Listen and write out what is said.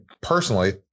personally